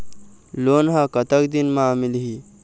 Loan ह कतक दिन मा मिलही?